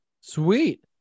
sweet